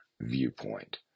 viewpoint